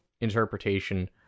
interpretation